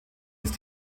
ist